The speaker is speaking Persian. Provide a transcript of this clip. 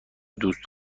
دوست